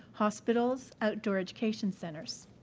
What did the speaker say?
hospitals outdoor education centres.